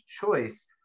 choice